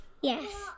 Yes